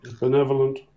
benevolent